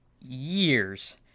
years